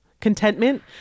Contentment